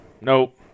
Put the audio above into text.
Nope